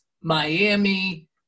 Miami